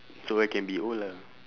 so I can be old ah